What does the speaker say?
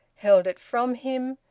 held it from him,